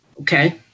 okay